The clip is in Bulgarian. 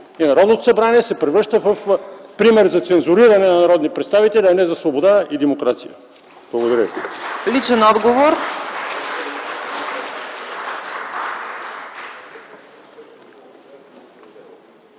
и Народното събрание се превръща в пример за цензуриране на народни представители, а не за свобода и демокрация! Благодаря!